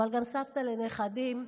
אבל גם סבתא לנכדים,